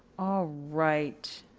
right,